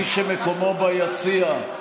מי שמקומו ביציע,